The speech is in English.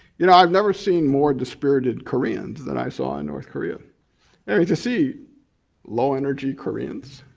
you know, i've never seen more discouraged koreans than i saw in north korea. there is to see low energy koreans,